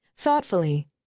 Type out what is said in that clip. Thoughtfully